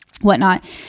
whatnot